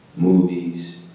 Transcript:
movies